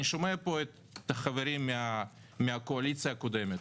אני שומע פה את החברים מן הקואליציה הקודמת.